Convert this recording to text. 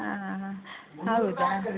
ಆಂ ಆಂ ಹೌದಾ